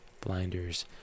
Blinders